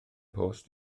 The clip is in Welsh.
post